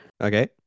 Okay